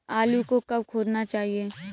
आलू को कब खोदना चाहिए?